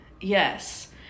yes